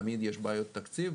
תמיד יש בעיות תקציב,